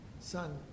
son